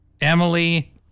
Emily